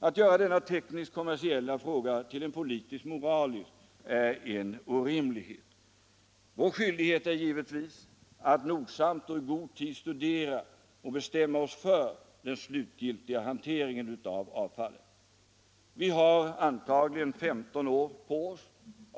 Att göra denna teknisk-ekonomiska fråga till en politisk-moralisk är en orimlighet. Vår skyldighet är givetvis att nogsamt och i god tid studera och bestämma oss för den slutgiltiga hanteringen av avfallet. Vi har antagligen 15 år på oss.